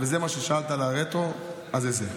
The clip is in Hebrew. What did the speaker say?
מה ששאלת על הרטרו, אז זה זה.